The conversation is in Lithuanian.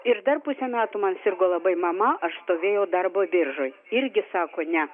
ir dar pusę metų man sirgo labai mama aš stovėjau darbo biržoj irgi sako ne